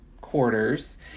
quarters